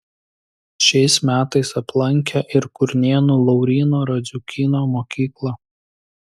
šiais metais aplankė ir kurnėnų lauryno radziukyno mokyklą